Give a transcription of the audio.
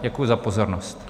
Děkuji za pozornost.